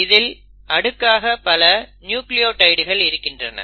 இதில் அடுக்காக பல நியூக்ளியோடைடுகள் இருக்கின்றன